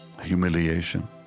humiliation